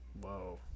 Whoa